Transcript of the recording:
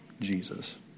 Jesus